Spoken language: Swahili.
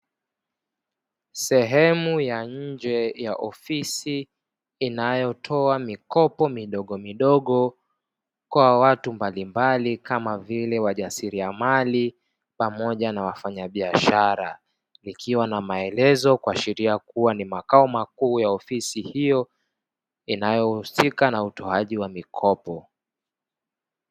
Sehemu ya nje ya ofisi inayotoa mikopo midogomidogo kwa watu mbalimbali, kama vile wajasiriamali pamoja na wafanyabiashara, ikiwa na maelezo kuashiria kuwa ni makao makuu ya ofisi hiyo inayohusika na utoaji wa mikopo.